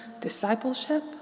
discipleship